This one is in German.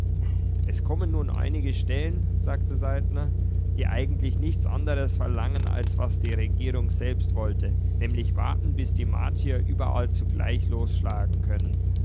es kommen nun einige stellen sagte saltner die eigentlich nichts andres verlangen als was die regierung selbst wollte nämlich warten bis die martier überall zugleich losschlagen können